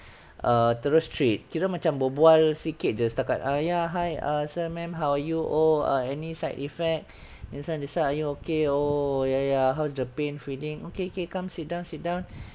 err terus treat kita cuma berbual sedikit jer setakat uh ya hi err sir ma'am how are you oh err any side effect you trying to stand are you okay oh ya ya how's the pain feeling okay K come sit down sit down